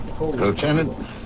Lieutenant